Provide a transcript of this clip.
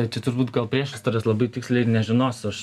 čia turbūt gal priešistorės labai tiksliai ir nežinosiu aš